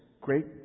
great